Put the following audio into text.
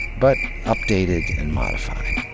but updated and modified.